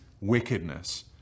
wickedness